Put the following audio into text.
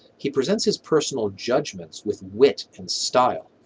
he presents his personal judgments with wit and style,